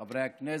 חברי הכנסת,